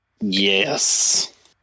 Yes